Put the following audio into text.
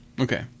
okay